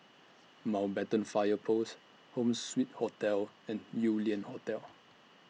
Mountbatten Fire Post Home Suite Hotel and Yew Lian Hotel